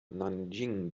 nanjing